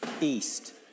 east